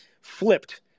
flipped